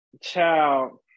child